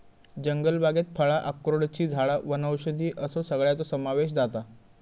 जंगलबागेत फळां, अक्रोडची झाडां वनौषधी असो सगळ्याचो समावेश जाता